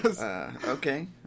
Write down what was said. Okay